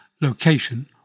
location